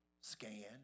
Scan